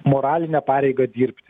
moralinę pareigą dirbti